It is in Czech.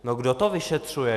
No kdo to vyšetřuje?